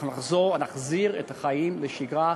אנחנו נחזיר את החיים לשגרה,